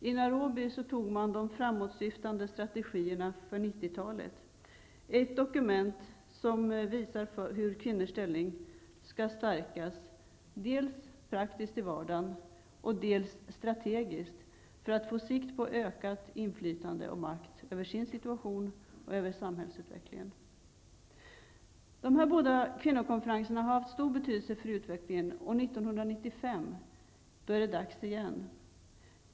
I Nairobi antogs de framåtsyftande strategierna för 90-talet, ett dokument som visar hur kvinnors ställning skall stärkas, dels praktiskt i vardagen, dels strategiskt för att de på sikt skall få ökat inflytande och ökad makt över sin situation och över samhällsutvecklingen. Dessa båda kvinnokonferenser har haft stor betydelse för utvecklingen, och 1995 är det dags igen.